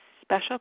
special